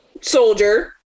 soldier